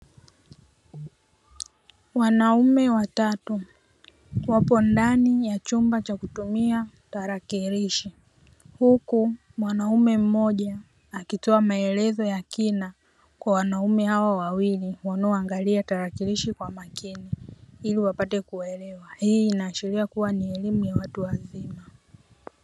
Wanaume watatu wapo ndani ya chumba cha kutumia tarakilishi, huku mwanaume mmoja akitoa maelezo ya kina kwa wanaume hao wawili wanaoangalia tarakilishi kwa makini ili wapate kuelewa. Hii inaashiria kuwa ni elimu ya watu wazima.